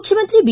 ಮುಖ್ಚಮಂತ್ರಿ ಬಿ